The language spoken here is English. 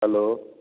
hello